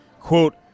Quote